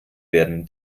werden